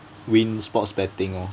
win sports betting lor